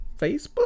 Facebook